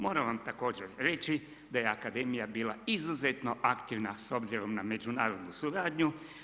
Moram vam također reći da je akademija bila izuzetno aktivna s obzirom na međunarodnu suradnju.